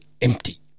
empty